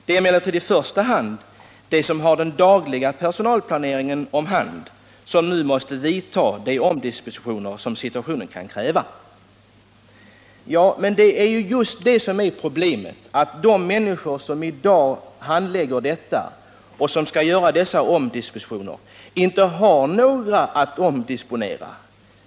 ”Det är emellertid i första hand de som har den dagliga personalplaneringen om hand som nu måste vidta de omdispositioner som situationen kommer att kräva.” Det är just det som är problemet: de människor som i dag handlägger detta och som skall göra dessa omdispositioner har inte några att omdisponera.